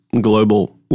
global